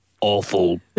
awful